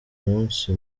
munsi